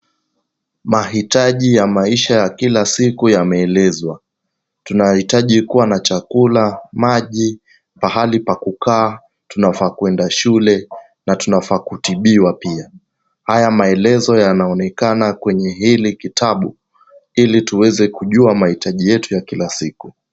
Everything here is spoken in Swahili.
Mahitaji ya maisha ya kila siku yameelezwa. Tunahitaji kuwa na chakula, maji, pahali pa kukaa, tunafaa kwenda shule, na tunafaa kutibiwa pia. Haya maelezo yanaonekana kwenye hili kitabu, ili tuweze kujua mahitaji yetu ya kila siku.